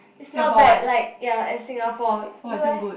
is not bad like ya at Singapore you eh